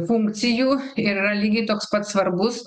funkcijų yra lygiai toks pat svarbus